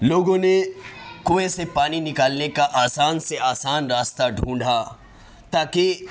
لوگوں نے کنویں سے پانی نکالنے کا آسان سے آسان راستہ ڈھونڈھا تا کہ